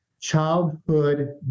Childhood